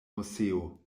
moseo